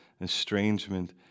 estrangement